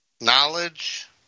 knowledge